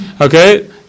Okay